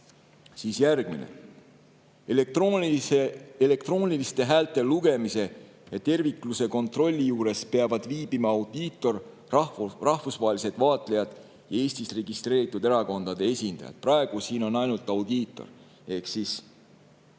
Siis järgmine: elektrooniliste häälte lugemise ja tervikluse kontrolli juures peavad viibima audiitor, rahvusvahelised vaatlejad ja Eestis registreeritud erakondade esindajad. Praegu on siin ainult audiitor. Ehk